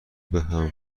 بهم